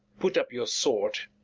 put up your sword.